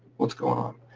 what's going on.